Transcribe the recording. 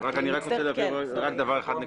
חד-משמעית.